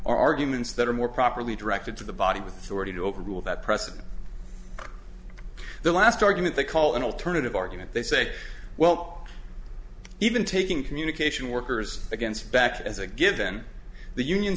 arguments that are more properly directed to the body with authority to overrule that precedent the last argument they call an alternative argument they say well even taking communication workers against back as a given the union